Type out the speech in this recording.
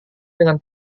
dengan